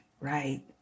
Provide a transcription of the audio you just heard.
right